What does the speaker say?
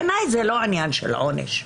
בעיניי זה לא עניין של עונש.